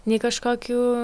nei kažkokių